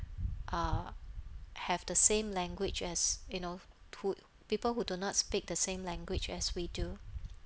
ah have the same language as you know f~ tut people who do not speak the same language as we do